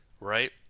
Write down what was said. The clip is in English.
right